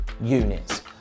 units